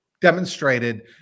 demonstrated